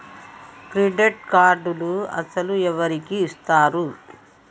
Credit కార్డులు అసలు ఎవరికి ఇస్తారు?